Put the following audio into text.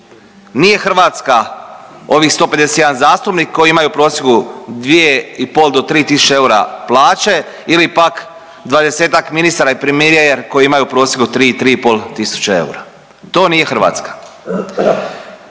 Nije Hrvatska ovih 151 zastupnik koji imaju u prosjeku 2 i pod do 3 tisuće eura plaće ili pak 20-ak ministara i premijer koji imaju u prosjeku 3-3,5 tisuće eura. To nije Hrvatska.